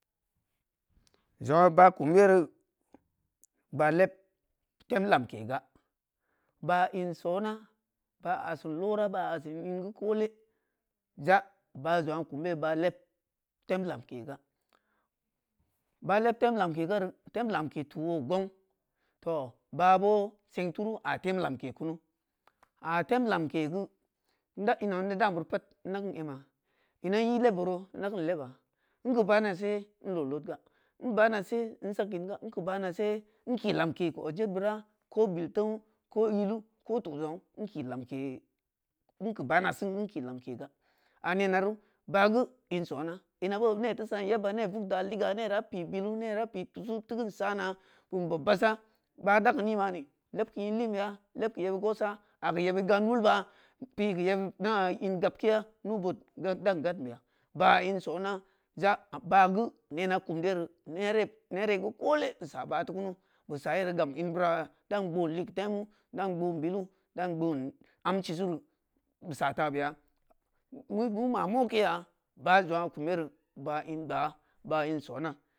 Zongna ba kum yereu. Ba’ leb tem lamke ga, ba’ in soon, ba’ asing loora, ba asin in geu koole, za’ zangna ba’ kum yere ba leb tem ke ga baa leb tem lemke garo tem lam ke too oō gung toh bāa gboo seng turu ya tem lamke turu, lgaa tem lamke gu inda inwa inda daa di pat nda kin nma, nni nyi leburu inda kin lebba nki bana sen in leu leudga, nki baanu sen in sag inn ga, nki baana sen nki lamke ki ordjebra ko bil tenu ko yillu ko tuu junghu nkii lamke nki baa na sen nki lamke ya haa nera ruū bāa gu nsonna nna boo ne ti san yebba ne vog daa liga ne da peu bileu baa guu nsonna nna boo ne ti san yebba ne vog daa liya ne da peu bileu baa guu nsonna nna boo nee ti san yebba nee vog deu liga da bjj billu nee da pee tusuu tikin saana kum bob baāsa baa daki ni māani leb ki nleemeya leb ki yebit gwasa a geu yebid galandba pi geu na ingabkeya nuuboud dan gaanbeya ba’ in sona zag ba’ geu nena kum yere nere nere geu koole sa ba’ tu kunu bu sa yere gam in bira dan bgoon leugeu temu dan bgoon bilu dan gboon am sisu reu bu sa ta be ya mu ma moke ya ba’ zongn’a kum yereu, ba’ in gbaa ba’ in sona.